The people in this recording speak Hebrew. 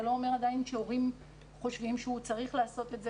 זה עדיין לא אומר שההורים חושבים שהוא צריך לעשות את זה.